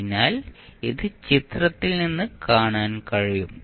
അതിനാൽ ഇത് ചിത്രത്തിൽ നിന്ന് കാണാൻ കഴിയും